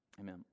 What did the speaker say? Amen